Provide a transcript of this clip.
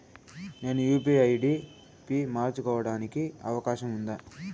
నేను UPI ID P మార్చుకోవడానికి అవకాశం ఉందా?